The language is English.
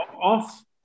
off